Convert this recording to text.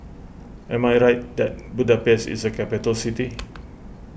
am I right that Budapest is a capital city